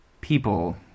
people